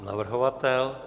Navrhovatel?